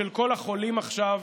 של כל החולים עכשיו,